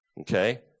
Okay